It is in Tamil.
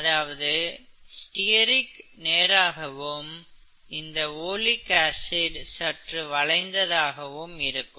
அதாவது ஸ்டீரிக் நேராகாவும் இந்த ஓலிக் ஆசிட் சற்று வளைந்த தாக இருக்கும்